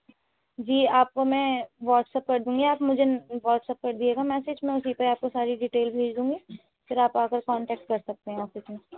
جی آپ کو میں واٹسپ کر دوں گی آپ مجھے واٹسپ کر دیجیے گا میسج میں اسی طرح آپ کو ساری ڈیٹیل بھیج دوں گی پھر آپ آ کر کانٹیکٹ چیک کر سکتے ہیں آفس میں